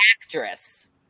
actress